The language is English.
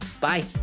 Bye